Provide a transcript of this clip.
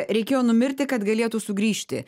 reikėjo numirti kad galėtų sugrįžti